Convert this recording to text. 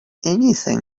anything